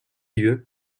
lieu